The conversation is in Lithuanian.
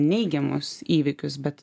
neigiamus įvykius bet